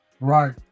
right